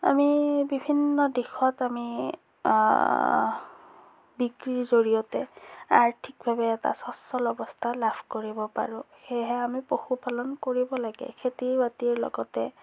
আমি বিভিন্ন দিশত আমি বিক্ৰীৰ জৰিয়তে আৰ্থিকভাৱে এটা স্বচল অৱস্থা লাভ কৰিব পাৰোঁ সেয়েহে আমি পশুপালন কৰিব লাগে খেতি বাতিৰ লগতে